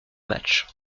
matchs